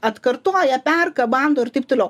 atkartoja perka bando ir taip toliau